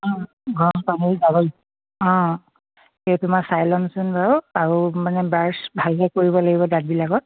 অঁ গৰম পানী গাৰ্গল অঁ সেই তোমাৰ চাই ল'মচোন বাৰু আৰু মানে ব্ৰাছ ভালকৈ কৰিব লাগিব দাঁতবিলাকত